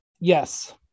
Yes